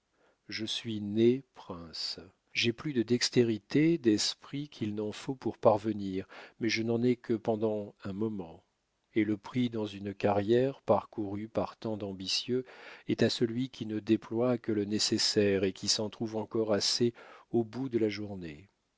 je suis né prince j'ai plus de dextérité d'esprit qu'il n'en faut pour parvenir mais je n'en ai que pendant un moment et le prix dans une carrière parcourue par tant d'ambitieux est à celui qui n'en déploie que le nécessaire et qui s'en trouve encore assez au bout de la journée